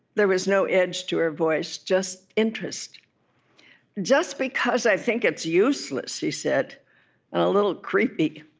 there was no edge to her voice, just interest just because i think it's useless he said, and a little creepy